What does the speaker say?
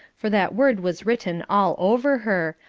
for that word was written all over her,